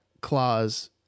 clause